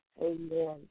amen